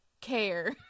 care